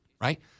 right